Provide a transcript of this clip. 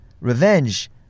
Revenge